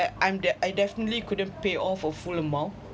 I I'm de~ I definitely couldn't pay all for full amount